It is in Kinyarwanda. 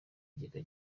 gika